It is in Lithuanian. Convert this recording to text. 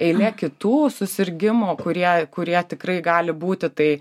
eilė kitų susirgimų kurie kurie tikrai gali būti tai